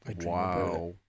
wow